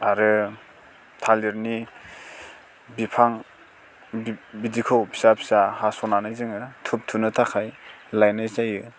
आरो थालिरनि बिफां बिब बिदिखौ फिसा फिसा हास'नानै जोङो धुब थुनो थाखाय लायनाय जायो